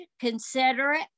considerate